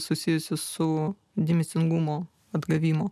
susijusius su dėmesingumo atgavimu